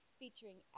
featuring